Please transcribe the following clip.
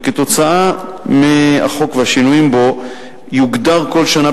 וכתוצאה מהחוק והשינויים בו יוגדר כל שנה